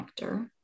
connector